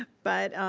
but,